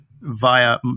via